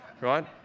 Right